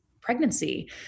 pregnancy